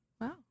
Wow